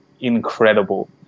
incredible